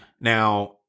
now